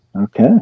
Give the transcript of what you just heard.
Okay